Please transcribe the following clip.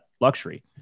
luxury